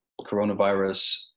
coronavirus